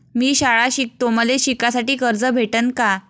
मी शाळा शिकतो, मले शिकासाठी कर्ज भेटन का?